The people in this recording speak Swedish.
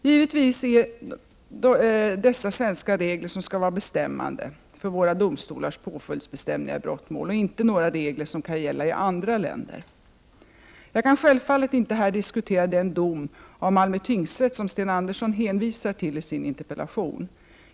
Givetvis är det dessa svenska regler som skall vara bestämmande för våra domstolars påföljdsbestämningar i brottmål och inte några regler som kan gälla i andra länder. Jag kan självfallet inte här diskutera den dom av Malmö tingsrätt som Sten Andersson hänvisar till i sin interpellation.